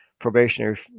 probationary